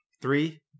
Three